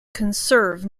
conserve